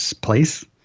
place